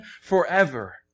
forever